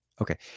Okay